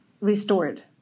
restored